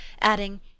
adding